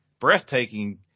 breathtaking